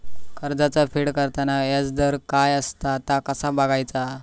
कर्जाचा फेड करताना याजदर काय असा ता कसा बगायचा?